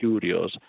curious